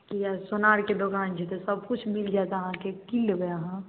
ई आर सोनारके दोकान छै तऽ सबकिछु मिल जाएत आहाँकेँ की लेबै आहाँ